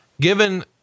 Given